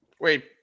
Wait